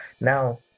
now